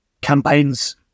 campaigns